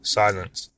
silence